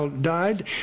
Died